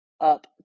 up